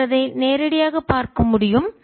ஒருவர் அதை நேரடியாக பார்க்க முடியும்